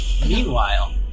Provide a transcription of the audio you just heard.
Meanwhile